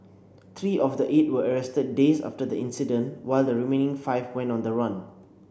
three of the eight were arrested days after the incident while the remaining five went on the run